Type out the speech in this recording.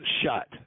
shut